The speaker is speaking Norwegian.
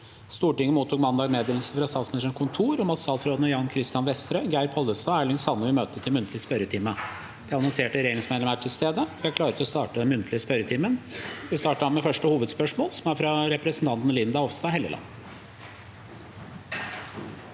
Stortinget mottok mandag meddelelse fra Statsministerens kontor om at statsrådene Jan Christian Vestre, Geir Pollestad og Erling Sande vil møte til muntlig spørretime. De annonserte regjeringsmedlemmene er til stede, og vi er klare til å starte den muntlige spørretimen. Vi starter med første hovedspørsmål, fra representanten Linda Hofstad Helleland.